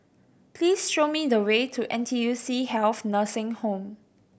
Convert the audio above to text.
please show me the way to N T U C Health Nursing Home